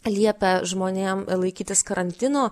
liepia žmonėm laikytis karantino